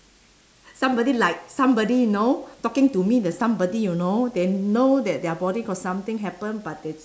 somebody like somebody know talking to me the somebody you know they know that their body got something happen but they